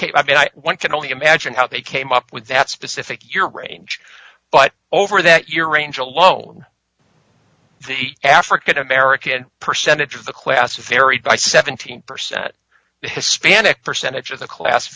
came i mean i can only imagine how they came up with that specific your range but over that your range a low african american percentage of the class varied by seventeen percent hispanic percentage of the class